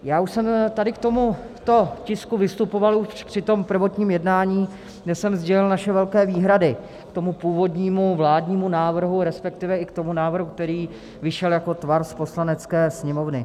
Já už jsem tady k tomuto tisku vystupoval už při tom prvotním jednání, kde jsem sdělil naše velké výhrady k tomu původního vládnímu návrhu, resp. i k tomu návrhu, který vyšel jako tvar z Poslanecké sněmovny.